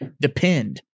depend